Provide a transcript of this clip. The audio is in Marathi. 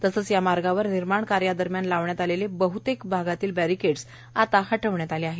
तसंच या मार्गावरील निर्माण कार्यदरम्यान लावण्यात आलेले बह्तेक भागातील बॅरिकेडस हटविण्यात आले आहे